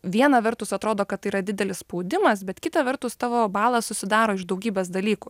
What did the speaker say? viena vertus atrodo kad tai yra didelis spaudimas bet kita vertus tavo balas susidaro iš daugybės dalykų